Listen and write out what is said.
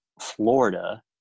Florida